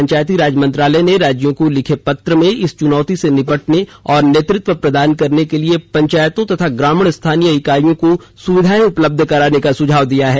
पंचायती राज मंत्रालय ने राज्यों को लिखे पत्र में इस चुनौती से निपटने और नेतृत्व प्रदान करने के लिए पंचायतों तथा ग्रामीण स्थानीय इकाइयों को सुविधाएं उपलब्ध कराने का सुझाव दिया है